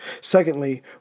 Secondly